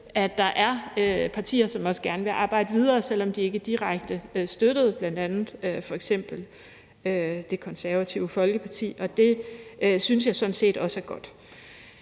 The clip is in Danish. at der er partier, som også gerne vil arbejde videre, selv om de ikke direkte støttede, bl.a. f.eks. Det Konservative Folkeparti, og det synes jeg sådan set også er godt.